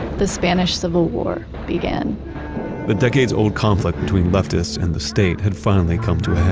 the spanish civil war began the decades-old conflict between leftists and the state had finally come to a head